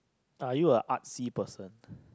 are you a artsy person